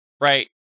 Right